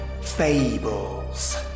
fables